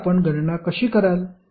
तर आपण गणना कशी कराल